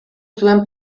zuen